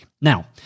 Now